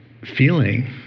feeling